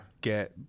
get